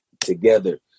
together